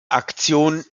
aktion